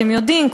אתם יודעים,